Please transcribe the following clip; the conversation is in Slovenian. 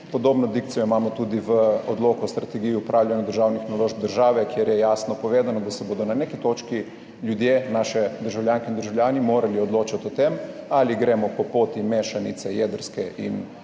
Podobno dikcijo imamo tudi v Odloku o strategiji upravljanja državnih naložb države, kjer je jasno povedano, da se bodo na neki točki ljudje, naše državljanke in državljani, morali odločati o tem, ali gremo po poti mešanice jedrske in